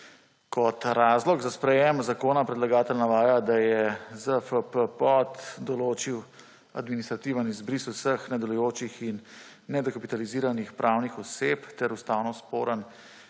Kot razlog za sprejetje zakona predlagatelj navaja, da je ZFPPod določil administrativni izbris vseh nedelujočih in nedokapitaliziranih pravnih oseb ter ustavno sporen